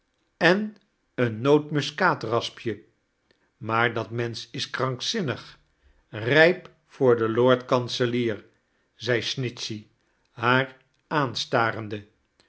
en een notenmuskaatraspje maar dat mensch is krankzinnig rijp voot den lord kanselier zei snitchey haar aanstarende